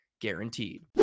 guaranteed